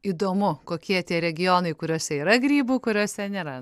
įdomu kokie tie regionai kuriuose yra grybų kuriuose nėra